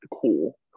cool